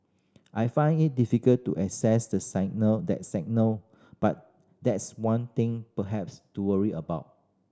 I find it difficult to assess that signal that signal but that's one thing perhaps to worry about